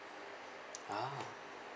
ah